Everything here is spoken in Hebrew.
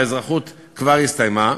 כבר הסתיימה,